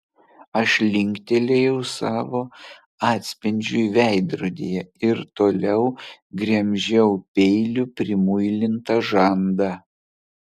aš linktelėjau savo atspindžiui veidrodyje ir toliau gremžiau peiliu primuilintą žandą